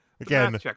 Again